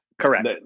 Correct